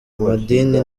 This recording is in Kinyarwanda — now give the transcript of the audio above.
amadini